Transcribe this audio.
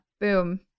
Boom